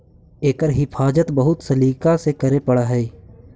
एकर हिफाज़त बहुत सलीका से करे पड़ऽ हइ